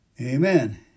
Amen